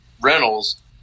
rentals